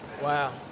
Wow